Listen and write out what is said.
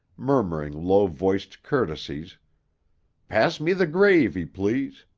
murmuring low-voiced courtesies pass me the gravy, please,